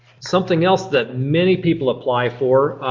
something else that many people apply for.